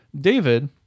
David